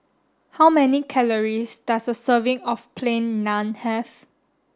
how many calories does a serving of plain naan have